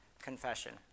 confession